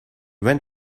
went